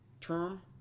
term